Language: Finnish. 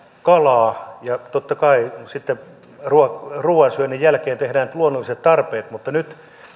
kalaa ja totta kai sitten ruuan ruuan syönnin jälkeen tekevät luonnolliset tarpeet mutta nyt